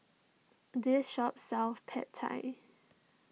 this shop sells Pad Thai